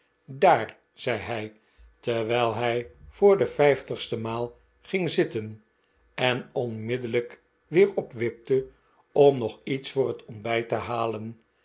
daar zei hij terwijl hij voor de vijftigste maal ging zitten en onmiddellijk weer opwipte om nog iets voor het ontbijt te halen